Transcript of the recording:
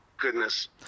goodness